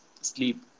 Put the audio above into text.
sleep